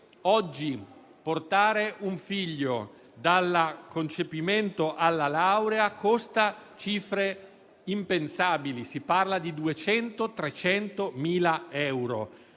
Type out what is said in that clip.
oggi portare un figlio dal concepimento alla laurea costa cifre impensabili, si parla di 200.000-300.000 euro.